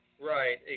Right